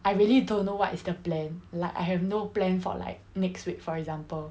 I really don't know what is the plan like I have no plan for like next week for example